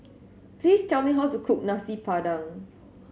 please tell me how to cook Nasi Padang